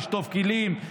לשטוף כלים.